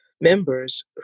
members